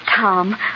Tom